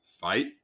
fight